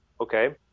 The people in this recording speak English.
Okay